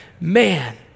man